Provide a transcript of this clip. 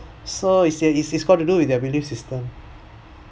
so its there it's it's got to do with their belief system